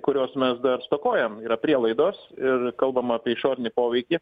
kurios mes dar stokojam yra prielaidos ir kalbam apie išorinį poveikį